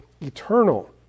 eternal